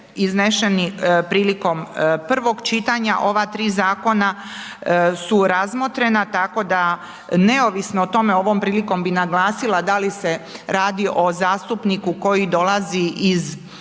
izneseni prilikom prvog čitanja ova tri zakona su razmotrena tako da neovisno o tome, ovom prilikom bi naglasila da li se radi o zastupniku koji dolazi iz pozicije,